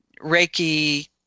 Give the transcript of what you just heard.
reiki